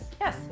yes